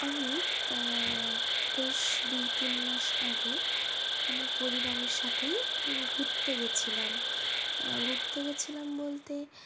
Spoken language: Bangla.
আমি বেশ দুই তিন মাস আগে আমার পরিবারের সাথেই ঘুরতে গেছিলাম ঘুরতে গেছিলাম বলতে